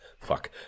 fuck